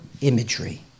imagery